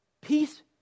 peace